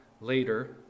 later